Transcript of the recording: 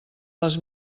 les